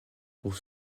pour